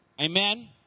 Amen